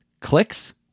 clicks